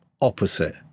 opposite